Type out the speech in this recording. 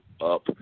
up